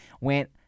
went